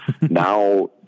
now